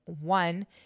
one